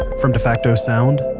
from defacto sound,